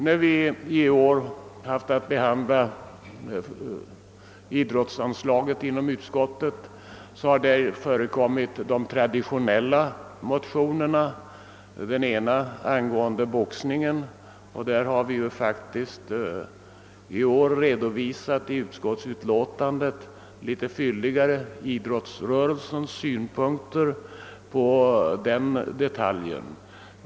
När vi i år haft att behandla idrottsanslaget inom utskottet har de traditionella motionerna förekommit. Vad box ningen angår har vi i årets utlåtande litet fylligare redovisat idrottsrörelsens synpunkter på den detaljen.